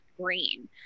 green